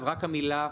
אז רק המילה 'הטלה'